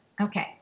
Okay